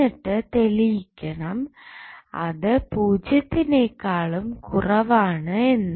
എന്നിട്ട് തെളിയിക്കണം അത് പൂജ്യത്തിനേകാളും കുറവാണ് എന്ന്